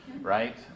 right